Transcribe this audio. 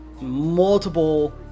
multiple